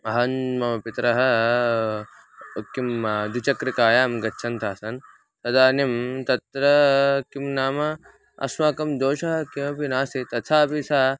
अहं मम पितरः किं द्विचक्रिकायां गच्छन्तस्सन् तदानिं तत्रा किं नाम अस्माकं दोषः किमपि नासीत् तथापि सः